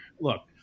look